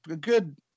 good